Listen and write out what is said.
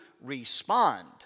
respond